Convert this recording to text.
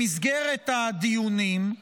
במסגרת הדיונים,